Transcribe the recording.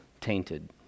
tainted